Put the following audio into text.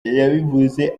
yabivuze